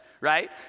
right